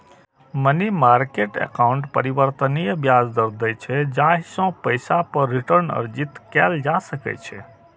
money market account परिवर्तनीय ब्याज दर दै छै, जाहि सं पैसा पर रिटर्न अर्जित कैल जा सकै छै